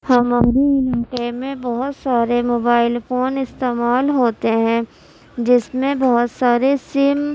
ہمارے علاقے میں بہت سارے موبائل فون استعمال ہوتے ہیں جس میں بہت سارے سم